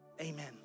amen